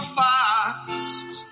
fast